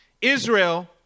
Israel